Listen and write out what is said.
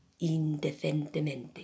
indecentemente